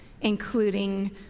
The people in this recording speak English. including